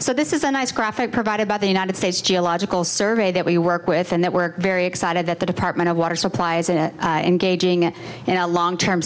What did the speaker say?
so this is a nice graphic provided by the united states geological survey that we work with and that we're very excited that the department of water supply is in it engaging in a long term